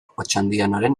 otxandianoren